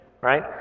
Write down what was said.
right